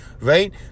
right